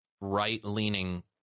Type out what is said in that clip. right-leaning